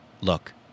Look